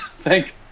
Thank